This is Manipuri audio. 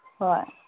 ꯍꯣꯏ